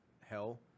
hell